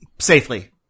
safely